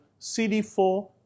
CD4